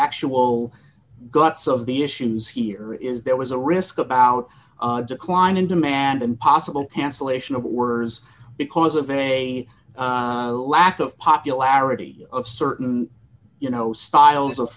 actual guts of the issues here is there was a risk about klein and demand and possible cancellation of words because of a lack of popularity of certain you know styles of